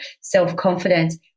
self-confidence